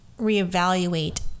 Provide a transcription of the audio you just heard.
reevaluate